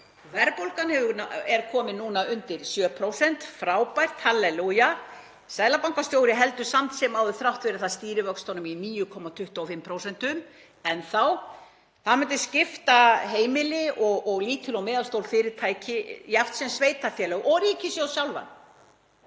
verðbólgan er komin núna undir 7%. Frábært, hallelúja. Seðlabankastjóri heldur samt sem áður og þrátt fyrir það stýrivöxtunum enn í 9,25%. Það myndi skipta heimili og lítil og meðalstór fyrirtæki jafnt sem sveitarfélög og ríkissjóð sjálfan